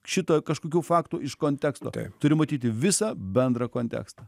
šito kažkokių faktų iš konteksto turi matyti visą bendrą kontekstą